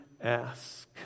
ask